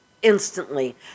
Instantly